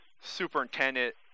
superintendent